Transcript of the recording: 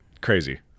Crazy